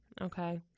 Okay